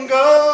go